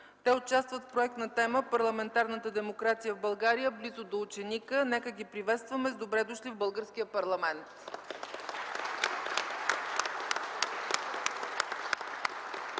Те участват в проект на тема „Парламентарната демокрация в България близо до ученика”. Нека да ги приветстваме с добре дошли в българския парламент.